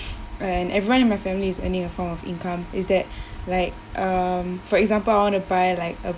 and everyone in my family is earning a form of income is that like um for example I want to buy like a